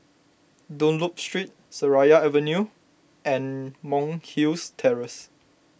Dunlop Street Seraya Avenue and Monk's Hill Terrace